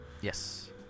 Yes